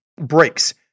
breaks